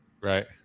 Right